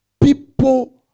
People